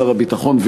שר הביטחון,